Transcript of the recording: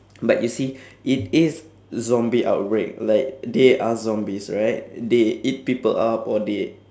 but you see it is zombie outbreak like they are zombies right they eat people up or they